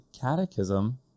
catechism